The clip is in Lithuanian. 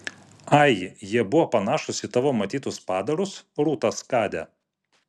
ai jie buvo panašūs į tavo matytus padarus rūta skade